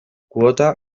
kuota